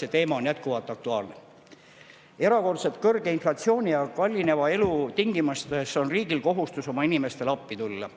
see teema on jätkuvalt aktuaalne. Erakordselt kõrge inflatsiooni ja kallineva elu tingimustes on riigil kohustus oma inimestele appi tulla.